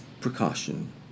precaution